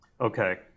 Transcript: Okay